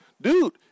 dude